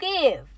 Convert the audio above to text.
give